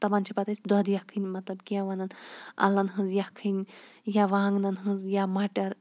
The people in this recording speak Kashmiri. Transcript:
تِمَن چھِ پَتہٕ أسۍ دۄدٕ یَکھٕنۍ مَطلَب کینٛہہ وَنان اَلَن ہٕنٛز یَکھٕنۍ یا وانٛگنَن ہٕنٛز یا مَٹَر